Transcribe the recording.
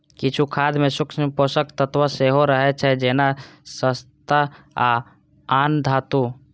किछु खाद मे सूक्ष्म पोषक तत्व सेहो रहै छै, जेना जस्ता आ आन धातु